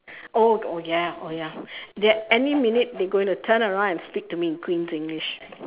oh oh ya oh ya they any minute they're going to turn around and speak to me in queen's English